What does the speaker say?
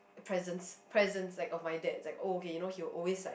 presence presence like of my dad it's like oh okay you know he will always like